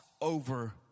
over